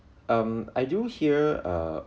um I do hear uh